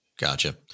Gotcha